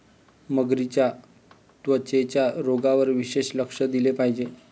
मगरींच्या त्वचेच्या रोगांवर विशेष लक्ष दिले पाहिजे